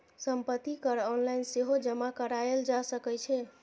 संपत्ति कर ऑनलाइन सेहो जमा कराएल जा सकै छै